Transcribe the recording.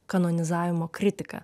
kanonizavimo kritiką